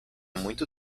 muito